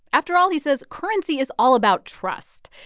after all, he says, currency is all about trust,